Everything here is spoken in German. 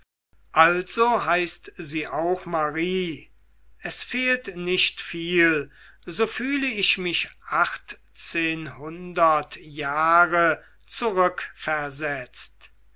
also heißt sie auch marie dachte wilhelm es fehlt nicht viel so fühle ich mich achtzehnhundert jahre zurückversetzt